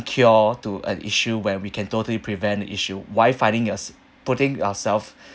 cure to an issue when we can totally prevent the issue why finding yours~ putting yourself